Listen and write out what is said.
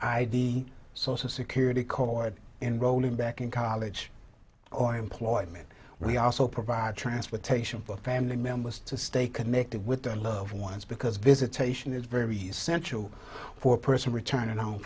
d social security card in rolling back in college or employment we also provide transportation for family members to stay connected with their loved ones because visitation is very essential for a person returning home